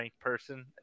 person